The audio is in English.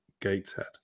Gateshead